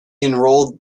enrolled